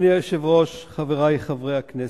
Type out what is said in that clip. אדוני היושב-ראש, חברי חברי הכנסת,